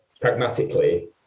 pragmatically